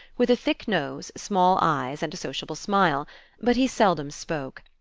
with a thick nose, small eyes and a sociable smile but he seldom spoke,